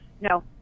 no